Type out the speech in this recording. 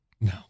No